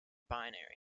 binary